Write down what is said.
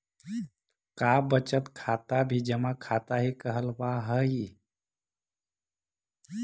का बचत खाता भी जमा खाता ही कहलावऽ हइ?